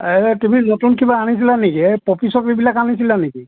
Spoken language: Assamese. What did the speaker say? এই তুমি নতুন কিবা আনিছিলা নেকি এই পপী চপীবিলাক আনিছিলা নেকি